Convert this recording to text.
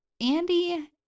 Andy